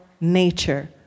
nature